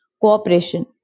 cooperation